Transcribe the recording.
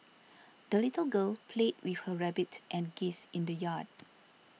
the little girl played with her rabbit and geese in the yard